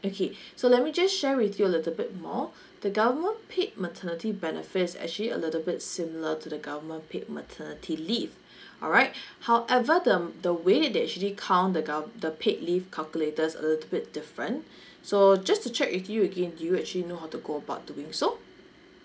okay so let me just share with you a little bit more the government paid maternity benefit's actually a little bit similar to the government paid maternity leave alright however the the way they actually count the gover~ the paid leave calculator's a little bit different so just to check with you again do you actually know how to go about doing so